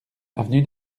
avenue